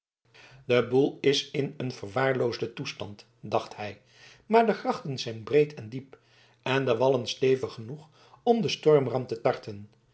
de boel is in een verwaarloosden toestand dacht hij maar de grachten zijn breed en diep en de wallen stevig genoeg om den stormram te tarten